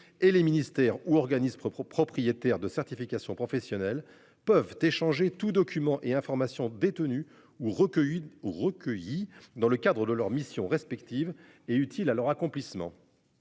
et les ministères ou organismes propre aux propriétaires de certification professionnelles peuvent échanger tous documents et informations détenues ou recueilli recueilli dans le cadre de leurs missions respectives et utile à leur accomplissement.